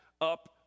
up